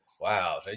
Wow